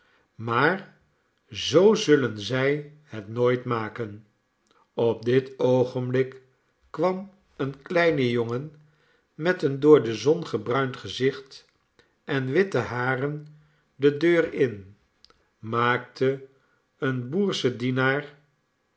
maar zoo zullen zij het nooit maken op dit oogenblik kwam een kleine jongen met een door de zon gebruind gezicht en witte haren de deur in maakte een boerschen dienaar